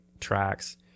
tracks